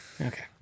Okay